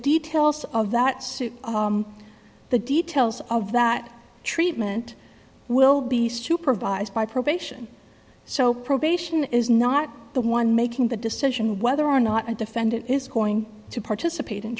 details of that suit the details of that treatment will be supervised by probation so probation is not the one making the decision whether or not a defendant is going to participate in